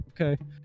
Okay